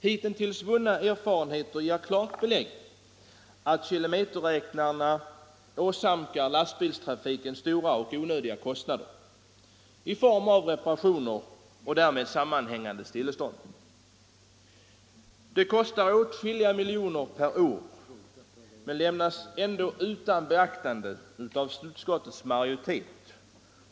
Hitintills vunna erfarenheter ger klart belägg för att kilometerräknarna åsamkar lastbilstrafiken stora och onödiga kostnader i form av reparationer och därmed sammanhängande stillestånd. Detta kostar åtskilliga miljoner kronor per år men lämnas ändå utan beaktande av utskottets majoritet.